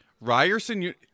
Ryerson